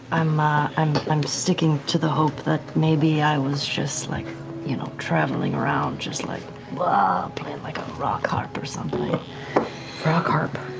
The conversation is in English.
i'm ah i'm i'm sticking to the hope that maybe i was just like you know traveling around just like playing like a rock harp or something. marisha rock harp,